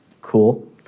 cool